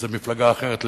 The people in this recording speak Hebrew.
זה מפלגה אחרת לגמרי,